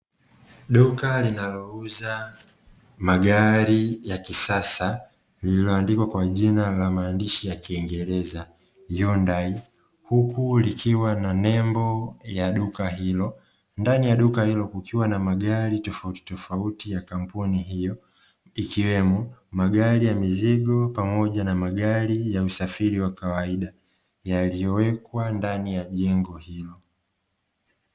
Duka linalouza magari ya kisasa lililoandikwa kwa jina la maandishi ya kiingereza "Hyundai", huku likiwa na nembo ya duka hilo. Ndani ya duka hilo kukiwa na magari tofautitofauti ya kampuni hiyo, ikiwemo magari ya mizigo pamoja na magari ya usafiri wa kawaida; yaliyowekwa ndani ya jengo hilo.